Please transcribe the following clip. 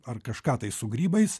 ar kažką tai su grybais